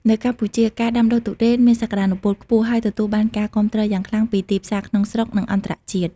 នៅកម្ពុជា ការដាំដុះទុរេនមានសក្តានុពលខ្ពស់ ហើយទទួលបានការគាំទ្រយ៉ាងខ្លាំងពីទីផ្សារក្នុងស្រុក និងអន្តរជាតិ។